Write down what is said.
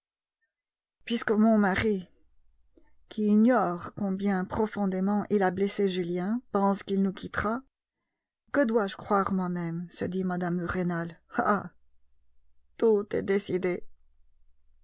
puisque mon mari qui ignore combien profondément il a blessé julien pense qu'il nous quittera que dois-je croire moi-même se dit mme de rênal ah tout est décidé